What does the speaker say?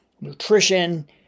nutrition